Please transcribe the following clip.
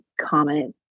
comment